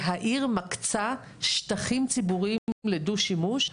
והעיר מקצה שטחים ציבוריים לדו-שימוש.